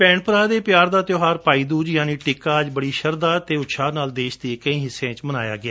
ਭੈਣ ਭਰਾ ਦੇ ਪਿਆਰ ਦਾ ਤਿਉਹਾਰ ਭਾਈ ਦੁਜ ਯਾਨਿ ਟਿੱਕਾ ਅੱਜ ਬੜੀ ਸ਼ਰਧਾ ਅਤੇ ਉਤਸ਼ਾਹ ਨਾਲ ਦੇਸ਼ ਦੇ ਕਈ ਹਿੱਸਿਆਂ ਵਿਚ ਮਨਾਇਆ ਗਿਆ